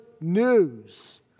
news